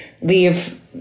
leave